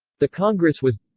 the congress was